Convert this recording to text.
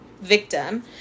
victim